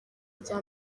rya